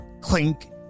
Clink